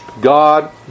God